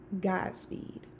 godspeed